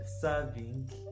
serving